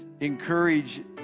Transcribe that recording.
encourage